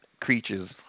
Creatures